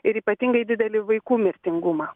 ir ypatingai didelį vaikų mirtingumą